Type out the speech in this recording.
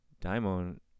daimon